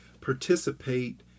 participate